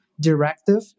directive